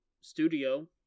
studio